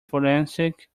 forensic